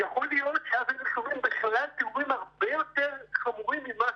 יכול להיות שאז היינו שומעים תיאורים הרבה יותר חמורים ממה